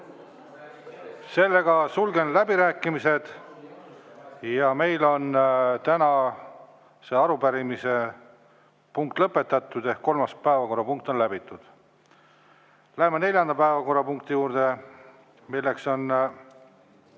Nii. Sulgen läbirääkimised ja meil on täna see arupärimise punkt lõpetatud ehk kolmas päevakorrapunkt on läbitud. Läheme neljanda päevakorrapunkti juurde, mis on